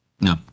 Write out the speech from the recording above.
No